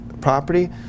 property